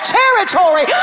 territory